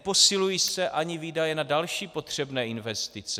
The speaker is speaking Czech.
Neposilují se ani výdaje na další potřebné investice.